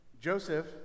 Joseph